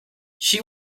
she